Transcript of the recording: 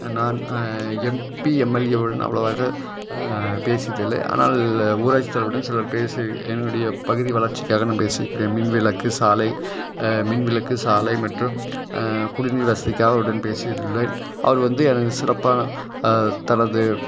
நான் எம்பி எம்எல்ஏவுடன் அவ்வளோவாக பேசியது இல்லை ஆனால் ஊராட்சி தொடர்புடன் சிலர் பேசி என்னுடைய பகுதி வளர்ச்சிக்காக நான் பேசி இருக்கிறேன் மின்விளக்கு சாலை மின்விளக்கு சாலை மற்றும் குடிநீர் வசதிக்காக அவர்களுடன் பேசியுள்ளேன் அவர் வந்து எனது சிறப்பான தனது